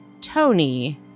Tony